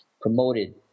promoted